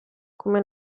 come